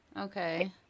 Okay